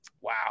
Wow